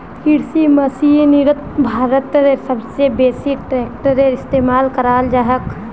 कृषि मशीनरीत भारतत सब स बेसी ट्रेक्टरेर इस्तेमाल कराल जाछेक